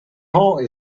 heart